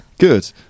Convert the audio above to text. Good